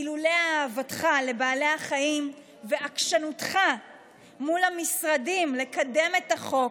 אילולי אהבתך לבעלי החיים ועקשנותך מול המשרדים לקדם את החוק,